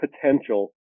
potential